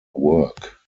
work